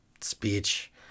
speech